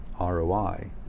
ROI